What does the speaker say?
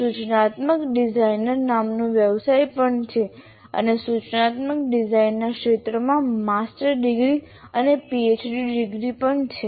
સૂચનાત્મક ડિઝાઇનર નામનો વ્યવસાય પણ છે અને સૂચનાત્મક ડિઝાઇનના ક્ષેત્રમાં માસ્ટર ડિગ્રી અને પીએચડી ડિગ્રી પણ છે